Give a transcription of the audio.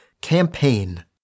Campaign